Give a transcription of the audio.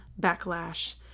backlash